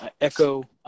echo